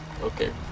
Okay